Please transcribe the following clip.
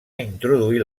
introduir